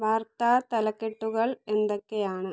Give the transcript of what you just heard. വാർത്താ തലക്കെട്ടുകൾ എന്തൊക്കെയാണ്